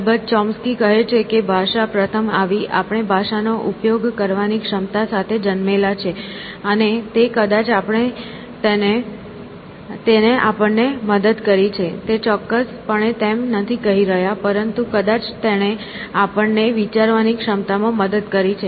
અલબત્ત ચોમ્સ્કી કહે છે કે ભાષા પ્રથમ આવી આપણે ભાષાનો ઉપયોગ કરવાની ક્ષમતા સાથે જન્મેલા છે અને તે કદાચ તેણે આપણને મદદ કરી છેતે ચોક્કસપણે તેમ નથી કહી રહ્યાપરંતુ કદાચ તેણે આપણને વિચારવાની ક્ષમતા માં મદદ કરી છે